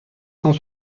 cent